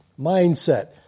mindset